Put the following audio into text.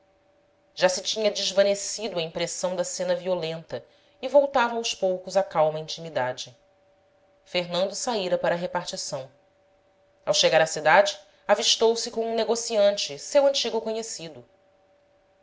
já se tinha desvanecido a impressão da cena violenta e voltava aos poucos a calma intimidade fernando saíra para a repartição ao chegar à cidade avistou se com um negociante seu antigo conhecido